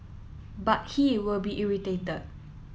but he will be irritated